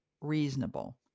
reasonable